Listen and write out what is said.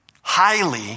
Highly